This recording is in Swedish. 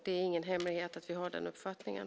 Det är ingen hemlighet att vi har den uppfattningen.